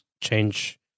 change